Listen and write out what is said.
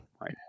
right